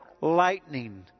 lightning